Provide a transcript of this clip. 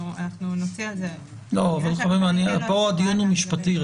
אנחנו נוציא על זה --- לא, פה הדיון הוא משפטי.